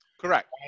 Correct